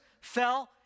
fell